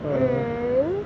uh